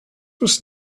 was